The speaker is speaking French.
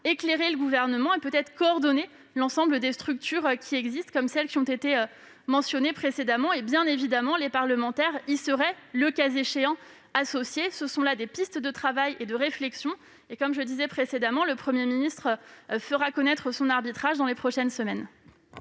d'éclairer le Gouvernement et, peut-être, de coordonner l'ensemble des structures existantes, comme celles qui ont été mentionnées précédemment. Bien entendu, les parlementaires y seraient le cas échéant associés. Ce sont là des pistes de travail et de réflexion et, comme je l'ai indiqué, le Premier ministre fera connaître son arbitrage dans les prochaines semaines.